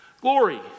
glory